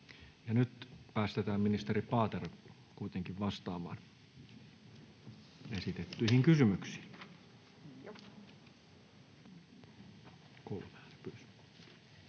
nyt päästetään ministeri Paatero kuitenkin vastaamaan esitettyihin kysymyksiin.